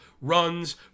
runs